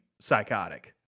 psychotic